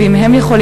ואם הם יכולים,